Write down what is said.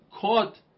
caught